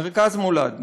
מרכז מולד,